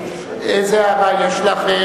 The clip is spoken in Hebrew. איזו הערה יש לך?